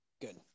Good